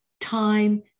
time